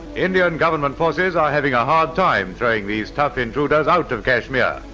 indian government forces are having a hard time throwing these tough intruders out of kashmir,